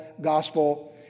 gospel